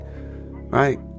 right